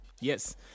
Yes